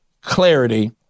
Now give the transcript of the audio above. clarity